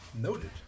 Noted